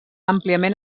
àmpliament